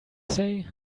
say